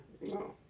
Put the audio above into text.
No